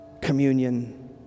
communion